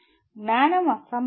జ్ఞానం అసంబద్ధం